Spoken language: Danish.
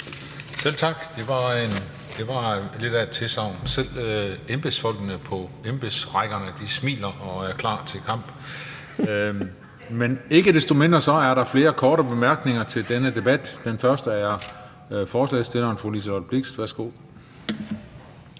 Juhl): Tak. Det var lidt af et tilsagn – selv embedsfolkene på embedsrækkerne smiler og er klar til kamp. Ikke desto mindre er der flere korte bemærkninger til denne debat. Den første er fra ordføreren for forslagsstillerne, fru Liselott Blixt. Værsgo.